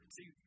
See